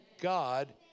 God